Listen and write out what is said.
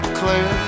clear